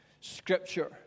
Scripture